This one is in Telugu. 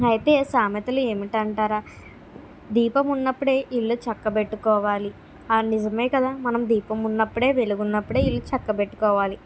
అయితే సామెతలు ఏమిటి అంటారా దీపం ఉన్నప్పుడే ఇల్లు చక్కపెట్టుకోవాలి ఆ నిజమే కదా మనం దీపం ఉన్నప్పుడే వెలుగు ఉన్నప్పుడే ఇల్లు చక్కపెట్టుకోవాలి